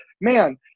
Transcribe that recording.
man